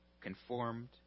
conformed